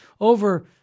over